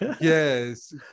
Yes